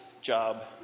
job